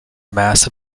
mass